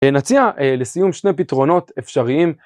נציע לסיום שני פתרונות אפשריים.